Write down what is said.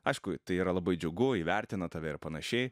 aišku tai yra labai džiugu įvertina tave ir panašiai